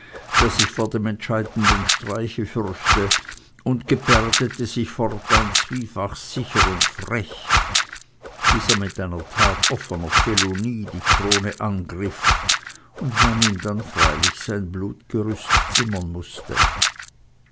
der sich vor dem entscheidenden streiche fürchte und gebärdete sich fortan zwiefach sicher und frech bis er mit einer tat offener felonie die krone angriff und man ihm dann freilich sein blutgerüst zimmern mußte